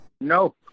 No